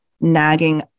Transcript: nagging